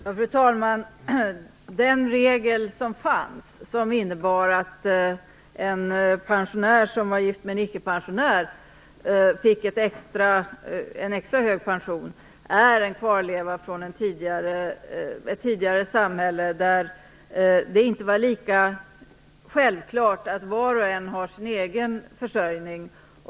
Fru talman! Den regel som fanns tidigare, som innebar att en pensionär som var gift med en ickepensionär fick extra hög pension, var en kvarleva från ett samhälle där det inte var självklart att var och en har sin egen försörjning.